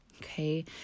okay